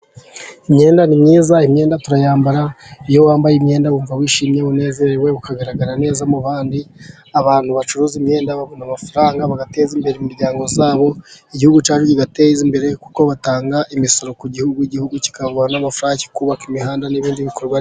Imyenda ni myiza ,imyenda turayambara, iyo wambaye imyenda wumva wishimye, unezerewe ,ukagaragara neza mu bandi. Abantu bacuruza imyenda babona amafaranga bagateza imbere imiryango yabo ,igihugu cyacu kibateza imbere, kuko batanga imisoro ku gihugu, igihugu kikubaka imihanda n'ibindi bikorwa.